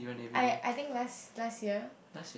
I I think last last year